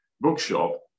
bookshop